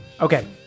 Okay